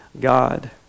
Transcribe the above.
God